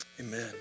Amen